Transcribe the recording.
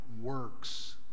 works